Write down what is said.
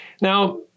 now